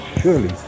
surely